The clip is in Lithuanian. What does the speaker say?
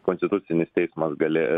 konstitucinis teismas gali